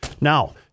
Now